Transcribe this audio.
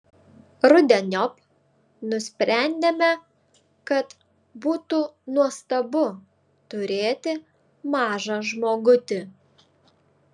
rudeniop nusprendėme kad būtų nuostabu turėti mažą žmogutį